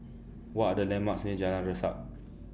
What Are The landmarks near Jalan Resak